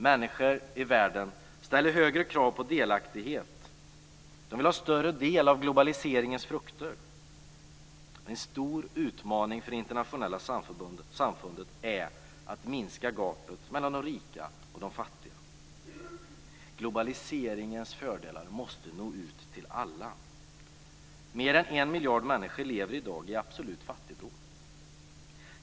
Människor i världen ställer högre krav på delaktighet. De vill ha en större del av globaliseringens frukter. En stor utmaning för det internationella samfundet är att minska gapet mellan de rika och de fattiga. Globaliseringens fördelar måste nå ut till alla. Mer än en miljard människor lever i dag i absolut fattigdom.